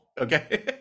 Okay